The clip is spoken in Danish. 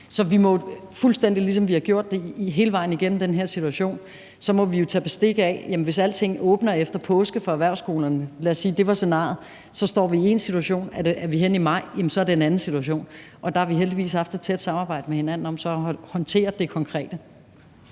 Så vi må, fuldstændig ligesom vi har gjort det hele vejen igennem i den her situation, tage bestik af, at hvis alting åbner efter påske for erhvervsskolerne – lad os sige, at det var scenariet – så står vi i én situation, og er vi henne i maj, er det en anden situation. Og der har vi heldigvis haft et tæt samarbejde med hinanden om så at håndtere det konkrete.